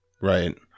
Right